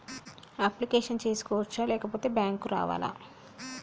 Application చేసుకోవచ్చా లేకపోతే bank రావాలా?